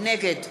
נגד